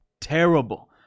terrible